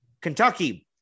Kentucky